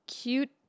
Cute